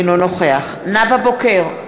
אינו נוכח נאוה בוקר,